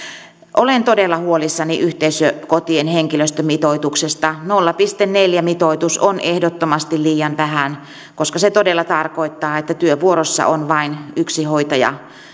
olen todella huolissani yhteisökotien henkilöstömitoituksesta nolla pilkku neljä mitoitus on ehdottomasti liian vähän koska se todella tarkoittaa että työvuorossa on vain yksi hoitaja